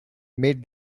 made